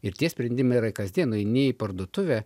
ir tie sprendimai yra kasdien nueini į parduotuvę